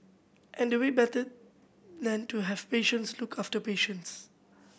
and we better than to have patients look after the patients